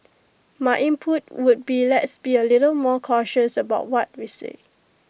my input would be let's be A little more cautious about what we say